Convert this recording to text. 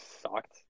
sucked